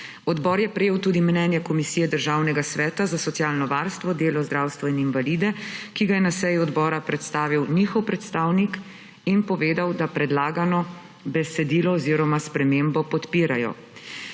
Odbor je prejel tudi mnenje Komisije Državnega sveta za socialno varstvo, delo, zdravstvo in invalide, ki ga je na seji odbora predstavil njihov predstavnik in povedal, da predlagano besedilo oziroma spremembo podpirajo.